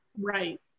right